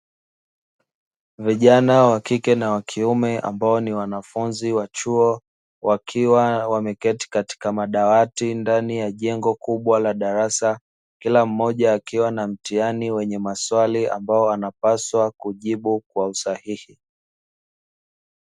Vijana wa kike na wa kiume ambao ni wanafunzi wa chuo wakiwa wameketi katika madawati ndani ya jengo kubwa la darasa, kila mmoja akiwa na mtihani wenye maswali ambao wanapaswa kujibu kwa usahihi.